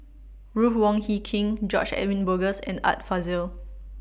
Ruth Wong Hie King George Edwin Bogaars and Art Fazil